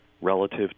relative